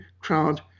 crowd